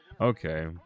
Okay